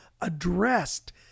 addressed